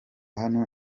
hano